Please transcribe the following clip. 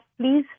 please